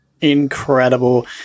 Incredible